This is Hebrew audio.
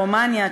רומניה,